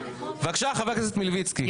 בבקשה, חבר הכנסת מלביצקי.